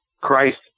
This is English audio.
Christ